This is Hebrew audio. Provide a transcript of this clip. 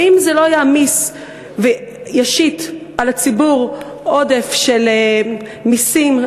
האם זה לא יעמיס וישית על הציבור עודף של מסים,